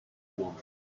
moments